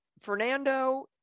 Fernando